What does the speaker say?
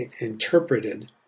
interpreted